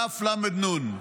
ת"ו, למ"ד, נו"ן.